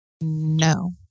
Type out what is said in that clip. No